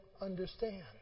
understand